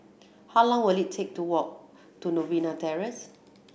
how long will it take to walk to Novena Terrace